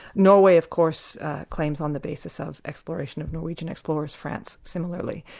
norway of course claims on the basis of exploration of norwegian explorers, france similarly.